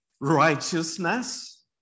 righteousness